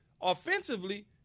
Offensively